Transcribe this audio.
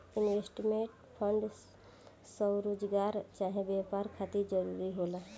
investment fund स्वरोजगार चाहे व्यापार खातिर जरूरी होला